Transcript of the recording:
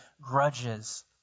grudges